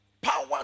Power